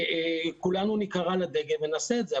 וכולנו נקרא לדגל ונעשה את זה.